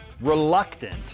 reluctant